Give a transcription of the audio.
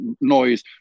noise